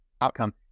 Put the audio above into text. outcome